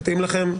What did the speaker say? מתאים לכם?